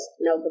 no